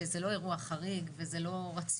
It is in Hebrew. ציינת כאן שזה לא אירוע חריג וזה לא רציונל